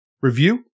review